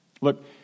Look